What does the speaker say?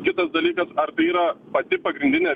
kitas dalykas ar tai yra pati pagrindinė